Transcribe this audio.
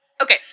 Okay